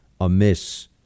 amiss